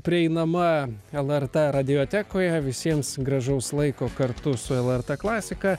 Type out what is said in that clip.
prieinama lrt radiotekoje visiems gražaus laiko kartu su lrt klasika